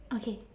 okay